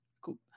Cool